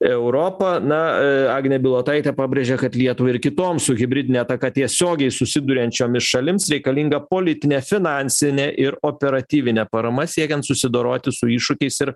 europą na agnė bilotaitė pabrėžė kad lietuvai ir kitoms su hibridine ataka tiesiogiai susiduriančiomis šalims reikalingą politinė finansinė ir operatyvinė parama siekiant susidoroti su iššūkiais ir